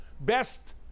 best